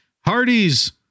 Hardys